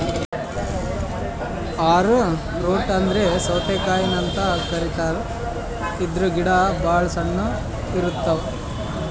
ಆರೊ root ಅಂದ್ರ ಸೌತಿಕಾಯಿನು ಅಂತ್ ಕರಿತಾರ್ ಇದ್ರ್ ಗಿಡ ಭಾಳ್ ಸಣ್ಣು ಇರ್ತವ್